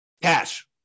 cash